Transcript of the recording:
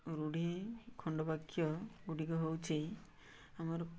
ରୂଢ଼ି ଖଣ୍ଡବାକ୍ୟ ଗୁଡ଼ିକ ହେଉଛି ଆମର